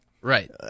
right